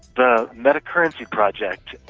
the metacurrency project,